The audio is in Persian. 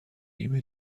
ایمنی